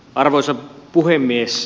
arvoisa puhemies